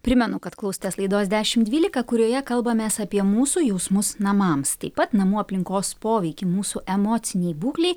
primenu kad klausotės laidos dešim dvylika kurioje kalbamės apie mūsų jausmus namams taip pat namų aplinkos poveikį mūsų emocinei būklei